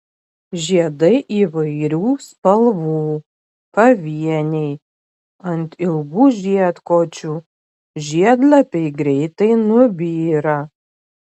žiedai įvairių spalvų pavieniai ant ilgų žiedkočių žiedlapiai greitai nubyra